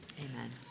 amen